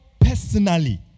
personally